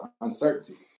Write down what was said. uncertainty